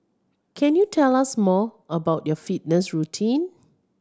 can you tell us more about your fitness routine